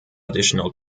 additional